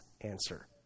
answer